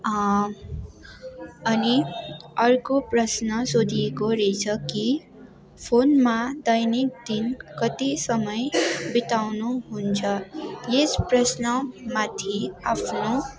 अनि अर्को प्रश्न सोधिएको रहेछ कि फोनमा दैनिक दिन कति समय बिताउनु हुन्छ यस प्रश्नमाथि आफ्नो